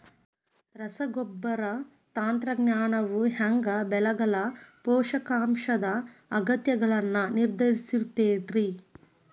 ರಸಗೊಬ್ಬರ ತಂತ್ರಜ್ಞಾನವು ಹ್ಯಾಂಗ ಬೆಳೆಗಳ ಪೋಷಕಾಂಶದ ಅಗತ್ಯಗಳನ್ನ ನಿರ್ಧರಿಸುತೈತ್ರಿ?